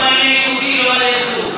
לא היה יהודי, לא היה כלום.